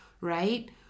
right